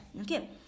okay